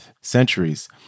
centuries